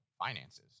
finances